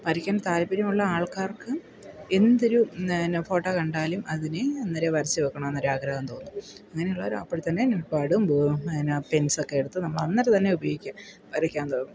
വരയ്ക്കാൻ താല്പര്യമുള്ള ആൾക്കാർക്ക് എന്തൊരു പിന്നെ ഫോട്ടോ കണ്ടാലും അതിനെ അന്നേരം വരച്ചു വെക്കണമെന്നൊരു ആഗ്രഹം തോന്നും അങ്ങനെയുള്ളവർ അപ്പോൾ തന്നെ നോട്ട്പാഡും പിന്നെ പെൻസൊക്കെ എടുത്ത് നമ്മൾ അന്നേരം തന്നെ ഉപയോഗിക്കാൻ വരയ്ക്കാൻ തുടങ്ങും